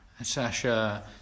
Sasha